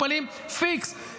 פשוט אין.